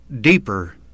deeper